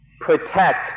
protect